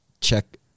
check